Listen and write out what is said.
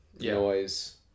noise